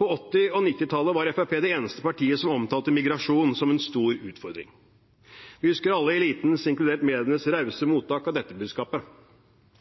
På 1980- og 1990-tallet var Fremskrittspartiet det eneste partiet som omtalte migrasjon som en stor utfordring. Vi husker alle elitens, inkludert medienes, rause mottak av dette budskapet.